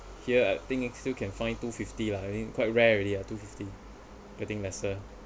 here I think still can find two fifty lah I think quite rare already lah two fifty getting lesser